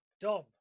Dom